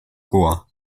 goa